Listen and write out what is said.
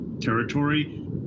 territory